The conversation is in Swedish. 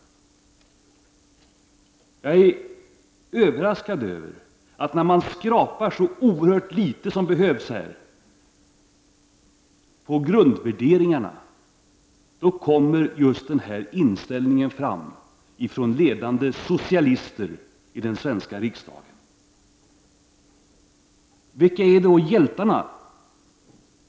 Jag är överraskad över att finna — och man behöver ju bara skrapa oerhört litet på grundvärderingarna för att finna det — just den här inställningen från ledande socialister i Sveriges riksdag. Vilka är då hjältarna?